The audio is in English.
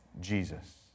Jesus